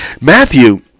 Matthew